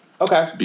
Okay